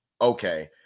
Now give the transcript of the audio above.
okay